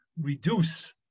reduce